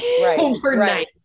overnight